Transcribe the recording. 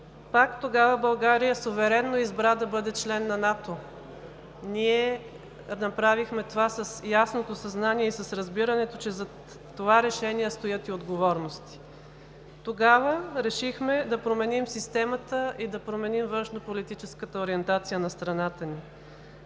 Пак тогава България суверенно избра да бъде член на НАТО. Ние направихме това с ясното съзнание и с разбирането, че зад това решение стоят и отговорности. Тогава решихме да променим системата и да променим външнополитическата ориентация на страната ни.